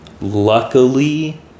luckily